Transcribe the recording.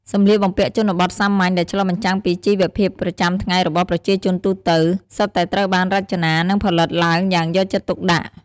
សម្លៀកបំពាក់ជនបទសាមញ្ញ ដែលឆ្លុះបញ្ចាំងពីជីវភាពប្រចាំថ្ងៃរបស់ប្រជាជនទូទៅ សុទ្ធតែត្រូវបាន រចនា និងផលិតឡើងយ៉ាងយកចិត្តទុកដាក់។